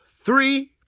three